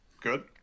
Good